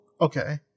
Okay